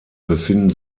befinden